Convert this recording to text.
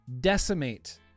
decimate